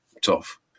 tough